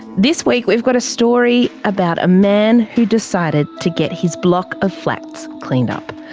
this week, we've got a story about a man who decided to get his block of flats cleaned up.